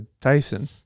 Tyson